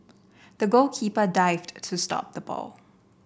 the goalkeeper dived to stop the ball